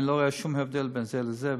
אני לא רואה שום הבדל בין זה לזה,